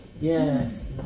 Yes